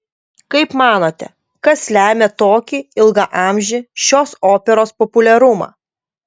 kaip manote kas lemia tokį ilgaamžį šios operos populiarumą